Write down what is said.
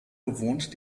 bewohnt